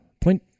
Point